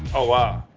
oh, wow.